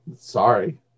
Sorry